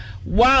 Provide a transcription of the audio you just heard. Wow